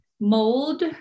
mold